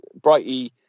Brighty